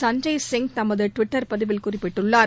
சஞ்சய் சிங் தமது ட்விட்டர் பதிவில் குறிப்பிட்டுள்ளார்